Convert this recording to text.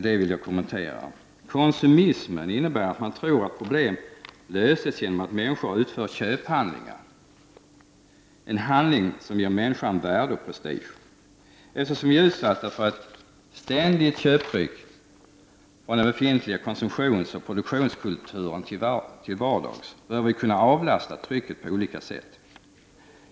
Det vill jag kommentera så här. Konsumismen innebär att man tror att problem löses genom att människor utför köphandlingar, en handling som ger människan värde och prestige. Eftersom vi är utsatta för ett ständigt köptryck från den befintliga konsumtionsoch produktionskulturen till vardags, behöver vi kunna avlasta trycket på olika sätt.